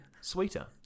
sweeter